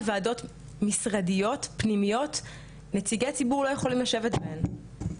ועדות משרדיות פנימיות נציגי ציבור לא יכולים לשבת בהן.